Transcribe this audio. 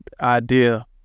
idea